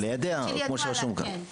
ליידע, כמו שרשום כאן.